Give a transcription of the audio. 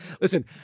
Listen